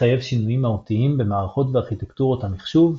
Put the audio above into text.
מחייב שינויים מהותיים במערכות וארכיטקטורות המחשוב,